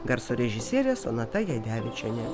garso režisierė sonata jadevičienė